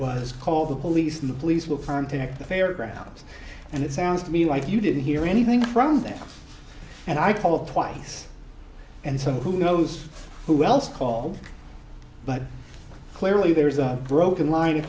was call the police and the police will contact the fairgrounds and it sounds to me like you didn't hear anything from them and i called twice and so who knows who else called but clearly there is a broken line of